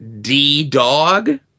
D-Dog